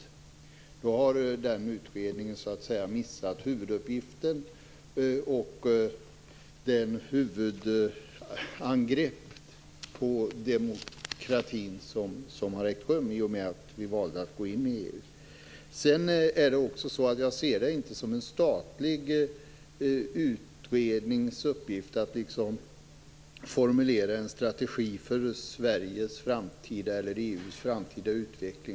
Då har den utredningen så att säga missat huvuduppgiften: det huvudangrepp på demokratin som ägt rum i och med att vi valt att gå in i EU. Det andra skälet är att jag inte ser det som en statlig utrednings uppgift att formulera en strategi för Sveriges eller EU:s framtida utveckling.